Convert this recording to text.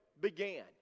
began